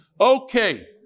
Okay